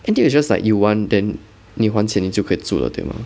individuals like you want then 你还钱你就可以住了对吗